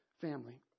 family